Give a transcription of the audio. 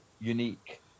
unique